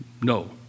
No